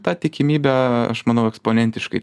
ta tikimybė aš manau eksponentiškai